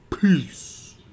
Peace